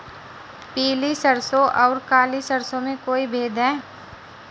पीली सरसों और काली सरसों में कोई भेद है?